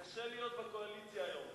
קשה להיות בקואליציה היום.